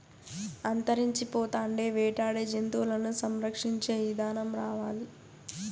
అంతరించిపోతాండే వేటాడే జంతువులను సంరక్షించే ఇదానం రావాలి